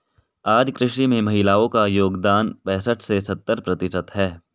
आज कृषि में महिलाओ का योगदान पैसठ से सत्तर प्रतिशत है